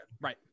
right